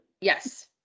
Yes